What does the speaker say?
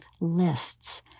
lists